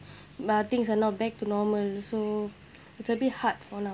but things are not back to normal so it's a bit hard for now